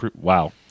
Wow